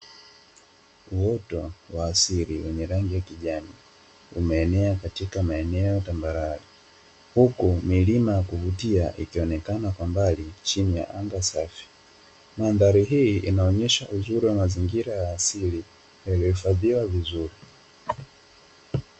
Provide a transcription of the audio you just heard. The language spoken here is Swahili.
Uoto wa asili wenye rangi ya kijani umeenea katika maeneo tambarare, huku milima ya kuvutia ikionekana kwa mbali chini ya anga safi, mandhari hii inaonyesha uzuri wa mazingira ya asili yaliyohifadhiwa vizuri.